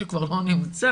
שכבר לא נמצא.